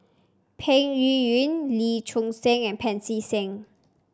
Peng Yuyun Lee Choon Seng and Pancy Seng